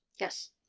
Yes